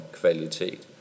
kvalitet